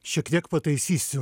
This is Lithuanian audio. šiek tiek taisysiu